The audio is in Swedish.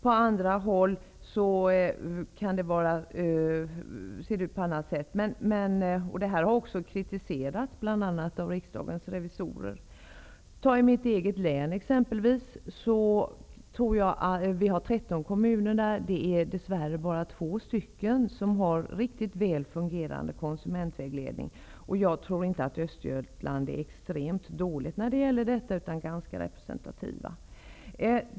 På andra håll kan det se ut på något annat sätt. Detta har kritiserats bl.a. av riksdagens revisorer. I mitt eget län har vi 13 kommuner. Det är dess värre bara två kommuner som har en riktigt väl fungerande konsumentvägledning. Och jag tror inte att Östergötland är extremt dåligt när det gäller detta utan ganska representativt.